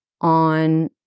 on